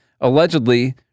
allegedly